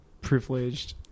privileged